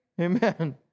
Amen